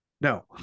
no